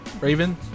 raven